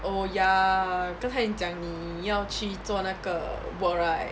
oh ya 刚才你讲你要去做那个 work right